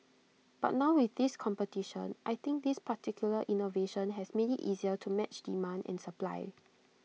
but now with this competition I think this particular innovation has made IT easier to match demand and supply